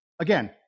Again